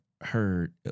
Heard